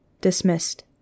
Dismissed